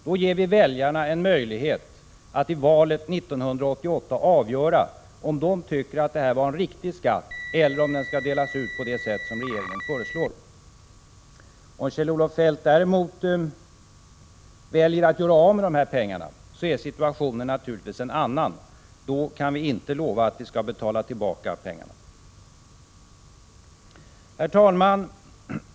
Då ger vi väljarna en möjlighet att i valet 1988 avgöra om de tycker att det här var en riktig skatt eller om den skall delas ut på det sätt som regeringen föreslår. Om Kjell-Olof Feldt däremot väljer att göra av med pengarna, är situationen naturligtvis en annan. Då kan vi inte lova att vi skall betala tillbaka pengarna. Herr talman!